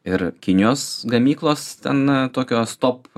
ir kinijos gamyklos na tokio stop